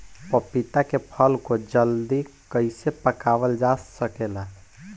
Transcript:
पपिता के फल को जल्दी कइसे पकावल जा सकेला?